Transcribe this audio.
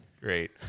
great